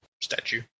statue